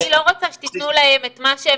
אני לא רוצה שתיתנו להם את מה שהם